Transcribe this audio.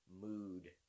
mood